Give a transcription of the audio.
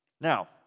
Now